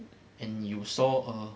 and you saw a